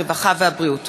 הרווחה והבריאות.